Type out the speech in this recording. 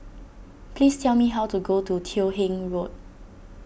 please tell me how to get to Teo Hong Road